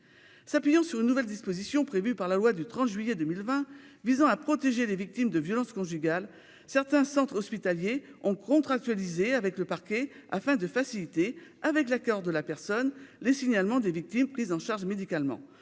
S'appuyant sur une nouvelle disposition prévue par la loi du 30 juillet 2020 visant à protéger les victimes de violences conjugales, certains centres hospitaliers ont contractualisé avec le parquet, afin de faciliter, avec l'accord de la personne, les signalements des victimes prises en charge médicalement.